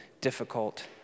difficult